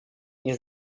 nie